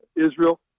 Israel